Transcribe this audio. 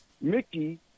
Mickey